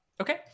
Okay